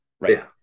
Right